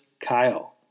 Kyle